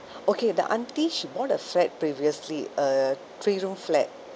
okay the auntie she bought a flat previously a three room flat